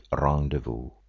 rendezvous